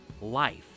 life